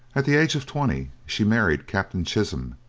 at the age of twenty she married captain chisholm,